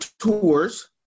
tours